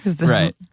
Right